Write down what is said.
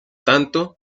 tanto